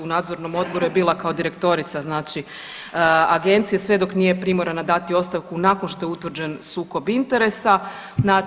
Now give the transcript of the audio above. U nadzornom odboru je bila kao direktorica znači agencije sve dok nije primorana dati ostavku nakon što je utvrđen sukob interesa.